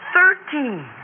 Thirteen